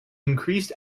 increased